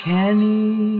Kenny